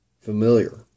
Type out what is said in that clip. familiar